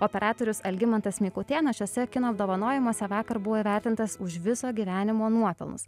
operatorius algimantas mikutėnas šiuose kino apdovanojimuose vakar buvo įvertintas už viso gyvenimo nuopelnus